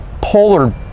polar